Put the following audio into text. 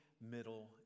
middle